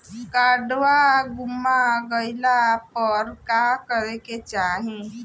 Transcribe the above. काडवा गुमा गइला पर का करेके चाहीं?